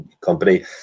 company